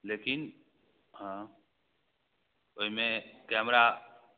लेकिन हँ ओहिमे कैमरा